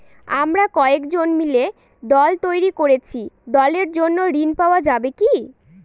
আমরা কয়েকজন মিলে দল তৈরি করেছি দলের জন্য ঋণ পাওয়া যাবে কি?